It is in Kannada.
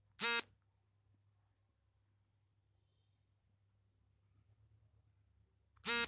ಆಗಿನ ಕಾಲ್ದಲ್ಲೀ ಕಾಳನ್ನ ಬಿಸಿಲ್ನಲ್ಲಿ ಹರಡಿ ಒಣಗಿಸ್ತಿದ್ರು ಈಗ ಮಷೀನ್ಗಳೂ ಚಾಲ್ತಿಯಲ್ಲಿದೆ